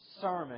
sermon